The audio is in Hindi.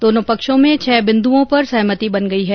दोनों पक्षों में छह बिन्दुओं पर सहमति बन गई हैं